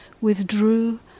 withdrew